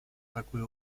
такое